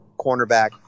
cornerback